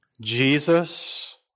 Jesus